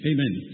Amen